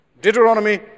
Deuteronomy